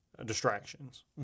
distractions